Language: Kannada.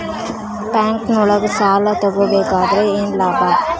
ಬ್ಯಾಂಕ್ನೊಳಗ್ ಸಾಲ ತಗೊಬೇಕಾದ್ರೆ ಏನ್ ಲಾಭ?